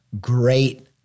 great